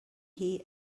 shuí